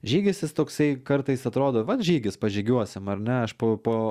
žygis jis toksai kartais atrodo vat žygis paržygiuosim ar ne aš po po